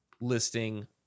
listing